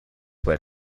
were